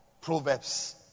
Proverbs